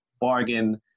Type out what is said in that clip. bargain